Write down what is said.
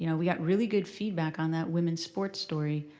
you know we got really good feedback on that women's sports story.